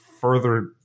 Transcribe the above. further